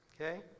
Okay